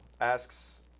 Asks